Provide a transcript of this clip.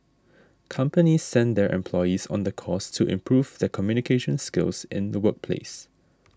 companies send their employees on the course to improve their communication skills in the workplace